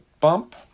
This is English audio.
bump